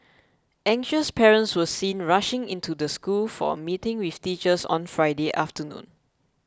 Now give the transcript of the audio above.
anxious parents were seen rushing into the school for a meeting with teachers on Friday afternoon